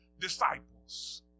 disciples